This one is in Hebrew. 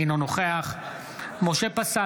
אינו נוכח משה פסל,